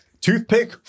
toothpick